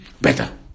better